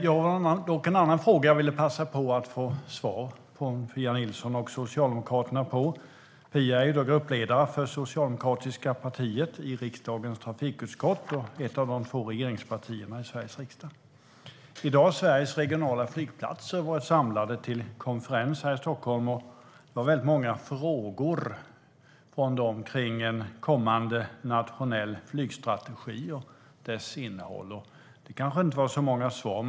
Jag har dock en annan fråga som jag vill passa på att få svar på från Pia Nilsson och Socialdemokraterna. Pia är gruppledare för socialdemokratiska partiet i riksdagens trafikutskott - Socialdemokraterna är ett av de två regeringspartierna i Sveriges riksdag. I dag har Sveriges regionala flygplatser varit samlade till konferens här i Stockholm. Det var väldigt många frågor från dem kring en kommande nationell flygstrategi och dess innehåll. Det kanske inte var så många svar.